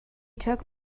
took